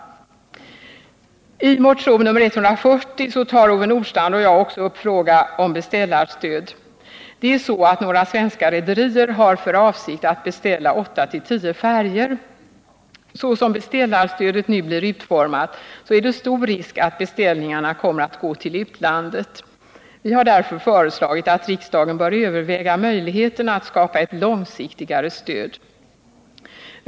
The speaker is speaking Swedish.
I motion 140 tar Ove Nordstrandh och jag upp frågan om beställarstöd. Det är så att många svenska rederier har för avsikt att beställa 8—-10 färjor. Så som beställarstödet nu blir utformat är det stor risk för att beställningarna kommer att gå till utlandet. Vi har därför föreslagit att riksdagen skall överväga möjligheterna att skapa ett långsiktigare stöd.